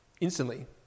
instantly